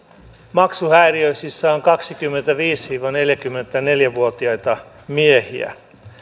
maksuhäiriöisissä ovat kaksikymmentäviisi viiva neljäkymmentäneljä vuotiaat miehet